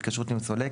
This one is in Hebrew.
להתקשרות עם סולק,